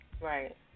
Right